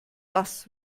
das